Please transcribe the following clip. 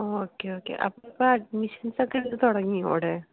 ആ okay okay അപ്പം അഡ്മിഷൻസൊക്കെ തുടങ്ങിയോ അവിടെ